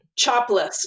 Chopless